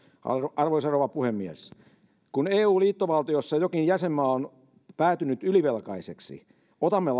arvoisa rouva puhemies kun eu liittovaltiossa jokin jäsenmaa on päätynyt ylivelkaiseksi otamme